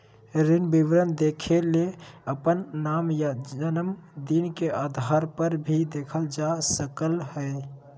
ऋण विवरण देखेले अपन नाम या जनम दिन के आधारपर भी देखल जा सकलय हें